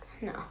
No